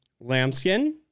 lambskin